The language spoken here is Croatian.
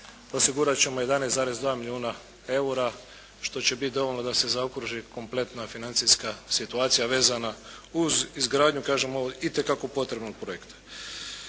osigurat ćemo 11,2 milijuna eura što će biti dovoljno da se zaokruži kompletna financijska situacija vezana uz izgradnju kažem ovog itekako potrebnog projekta.